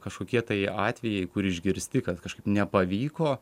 kažkokie tai atvejai kur išgirsti kad kažkaip nepavyko